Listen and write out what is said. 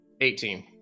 Eighteen